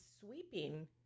sweeping